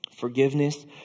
Forgiveness